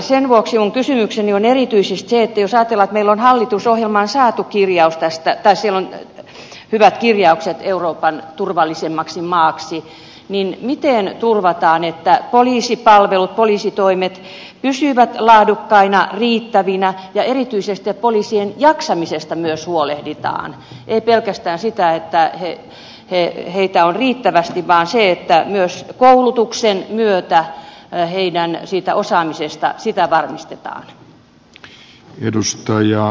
sen vuoksi minun kysymykseni on erityisesti se jos ajatellaan että meillä on hallitusohjelmassa hyvät kirjaukset tavoitteesta päästä euroopan turvallisimmaksi maaksi miten turvataan että poliisipalvelut poliisitoimet pysyvät laadukkaina riittävinä ja erityisesti poliisien jaksamisesta myös huolehditaan ei pelkästään siitä että heitä on riittävästi vaan myös siitä että koulutuksen myötä heidän ei siitä osa on syystä osaamisensa varmistetaan